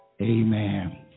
Amen